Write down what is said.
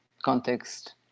context